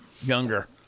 younger